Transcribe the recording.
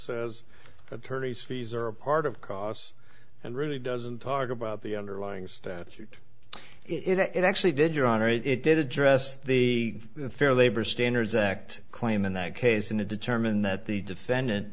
says attorneys fees are a part of costs and really doesn't talk about the underlying statute it actually did your honor it did address the fair labor standards act claim in that case and to determine that the defendant